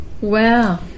Wow